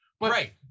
Right